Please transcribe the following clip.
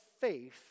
faith